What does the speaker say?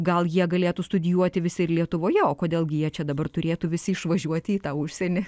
gal jie galėtų studijuoti visi ir lietuvoje o kodėl gi jie čia dabar turėtų visi išvažiuoti į tą užsienį